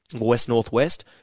west-northwest